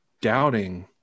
doubting